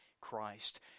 Christ